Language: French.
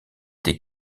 est